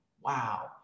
wow